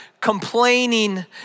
complaining